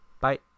Bye